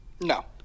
No